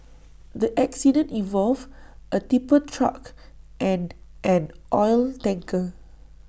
the accident involved A tipper truck and an oil tanker